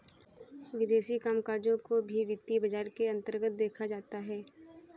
विदेशी कामकजों को भी वित्तीय बाजार के अन्तर्गत देखा जाता है